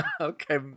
Okay